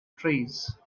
trees